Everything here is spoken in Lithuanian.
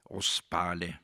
o spali